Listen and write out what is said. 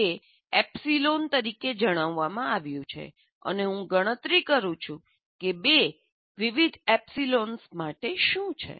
તે એપ્સીલોન તરીકે જણાવવામાં આવ્યું છે અને હું ગણતરી કરું છું કે 2 વિવિધ એપ્સિલોન્સ માટે શું છે